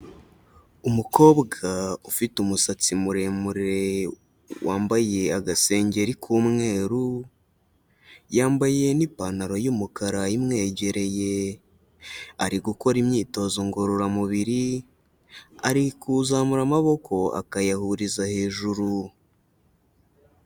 Umukobwa ufite umusatsi muremure wambaye agasengeri k'umweru, yambaye n'ipantaro y'umukara imwegereye, ari gukora imyitozo ngororamubiri, ari kuzamura amaboko akayahuriza hejuru.